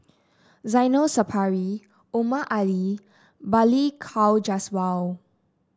Zainal Sapari Omar Ali Balli Kaur Jaswal